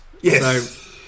Yes